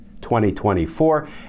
2024